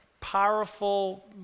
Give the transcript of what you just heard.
powerful